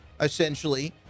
essentially